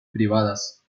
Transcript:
privadas